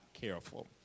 careful